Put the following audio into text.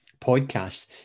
podcast